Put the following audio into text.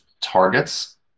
targets